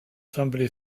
somebody